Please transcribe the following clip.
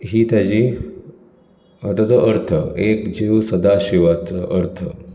हीं तेची हो ताचो अर्थ एक जीव सदा शिवाचो अर्थ